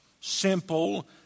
simple